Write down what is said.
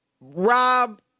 Rob